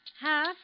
half